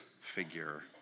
figure